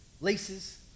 laces